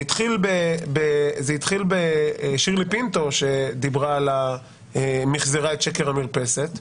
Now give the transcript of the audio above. זה התחיל בשירלי פינטו, שמחזרה את שקר המרפסת,